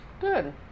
Good